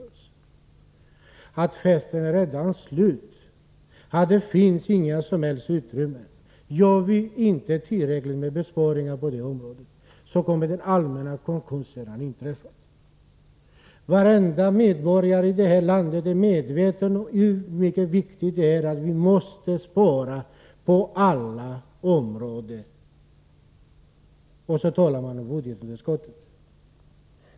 De säger att festen redan är slut och att det inte finns några som helst ekonomiska utrymmen. Gör vi inte tillräckligt med besparingar på detta område kommer den allmänna konkursen att inträffa, hävdar de också. Dessutom påpekar de att varenda medborgare i detta land är medvetna om att vi måste spara på alla områden. Moderaterna talar om budgetunderskottet.